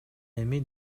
эми